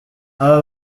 aba